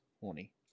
Horny